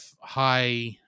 high